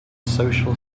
social